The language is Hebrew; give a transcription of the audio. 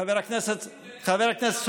חבר הכנסת סובה,